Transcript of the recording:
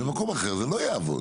במקום אחר זה לא יעבוד.